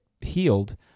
healed